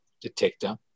detector